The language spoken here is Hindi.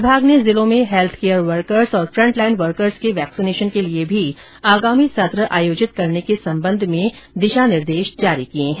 विभाग ने जिलों में हैल्थ केयर वर्कर्स और फ़ंट लाइन वर्कर्स के वैक्सीनेशन के लिए भी आगामी सत्र आयोजित करने के संबंध में दिशा निर्देश जारी किए हैं